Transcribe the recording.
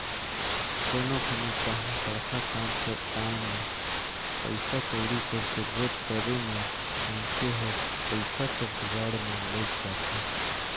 कोनो घनी काहीं बड़खा काम कर आए में पइसा कउड़ी कर जरूरत परे में मइनसे हर पइसा कर जुगाड़ में लइग जाथे